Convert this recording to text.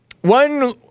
One